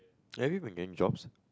anybody gain jobs